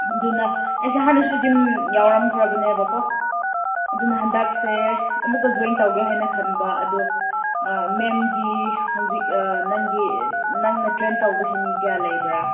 ꯑꯗꯨꯅ ꯑꯩꯁꯦ ꯍꯥꯟꯅꯁꯨ ꯖꯤꯝ ꯌꯥꯎꯔꯝꯈ꯭ꯔꯕꯅꯦꯕꯀꯣ ꯑꯗꯨꯅ ꯍꯟꯗꯛꯁꯦ ꯑꯃꯨꯛꯀ ꯖꯣꯏꯟ ꯇꯧꯒꯦ ꯍꯥꯏꯅ ꯈꯟꯕ ꯑꯗꯨ ꯃꯦꯝꯒꯤ ꯍꯧꯖꯤꯛ ꯅꯪꯒꯤ ꯅꯪꯅ ꯇ꯭ꯔꯦꯟ ꯇꯧꯕꯁꯤ ꯃꯤ ꯀꯌꯥ ꯂꯩꯕ꯭ꯔꯥ